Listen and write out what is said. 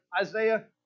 Isaiah